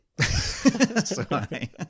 Sorry